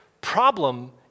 problem